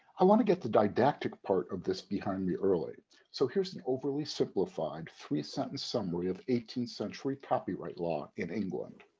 i want to get the didactic part of this behind me early, so here's an overly simplified three sentence summary of eighteenth century copyright law in england.